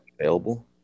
available